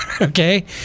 okay